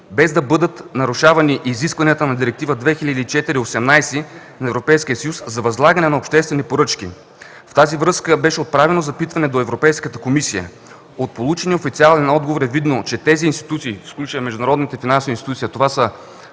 без да бъдат нарушавани изискванията на Директива 2004/18 ЕС за възлагане на обществени поръчки”. В тази връзка беше отправено запитване до Европейската комисия и от получения официален отговор е видно, че тези институции, в случая международните финансови институции, а това са